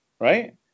right